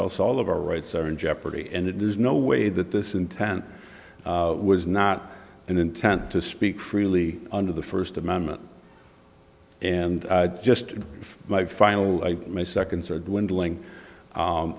else all of our rights are in jeopardy and there's no way that this intent was not an intent to speak freely under the first amendment and just my final